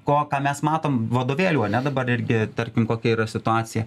ko ką mes matom vadovėlių ar ne dabar irgi tarkim kokia yra situacija